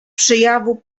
przejawu